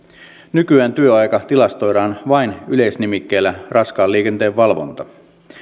nykyään työaika tilastoidaan vain yleisnimikkeellä raskaan liikenteen valvonta